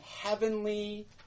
heavenly